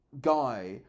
guy